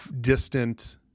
distant